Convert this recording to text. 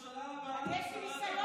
מירב, בממשלה הבאה את שרת, יש לי ניסיון